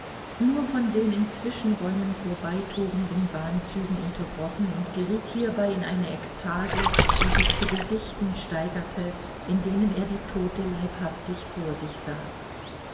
nur von den in zwischenräumen vorbeitobenden bahnzügen unterbrochen und geriet hierbei in eine ekstase die sich zu gesichten steigerte in denen er die tote leibhaftig vor sich sah